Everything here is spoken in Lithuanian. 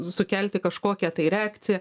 sukelti kažkokią tai reakciją